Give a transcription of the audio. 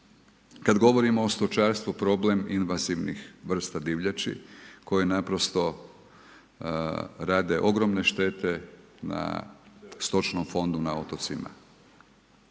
kada govorimo o stočarstvu problem invazivnih vrsta divljači koje naprosto rade ogromne štete na stočnom fondu na otocima.